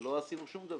ולא עשינו שום דבר.